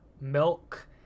milk